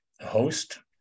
host